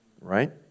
right